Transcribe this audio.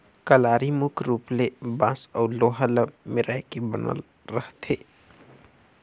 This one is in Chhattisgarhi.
कलारी मुख रूप ले बांस अउ लोहा ल मेराए के बनल रहथे